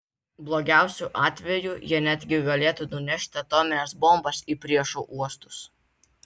blogiausiu atveju jie netgi galėtų nunešti atomines bombas į priešo uostus